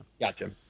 gotcha